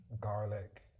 garlic